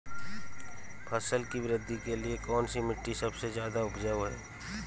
फसल की वृद्धि के लिए कौनसी मिट्टी सबसे ज्यादा उपजाऊ है?